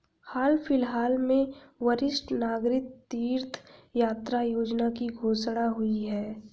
हाल फिलहाल में वरिष्ठ नागरिक तीर्थ यात्रा योजना की घोषणा हुई है